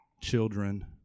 children